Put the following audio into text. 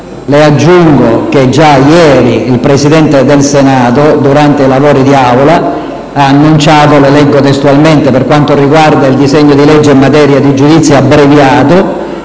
Le aggiungo che già ieri il Presidente del Senato, durante i lavori d'Aula, ha annunciato testualmente che: «Per quanto riguarda il disegno di legge in materia di giudizio abbreviato